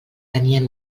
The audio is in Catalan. tenien